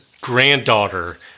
granddaughter